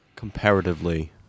Comparatively